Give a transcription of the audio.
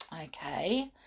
Okay